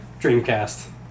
Dreamcast